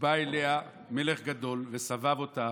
בא אליה מלך גדול, וסבב אותה,